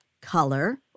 color